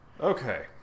okay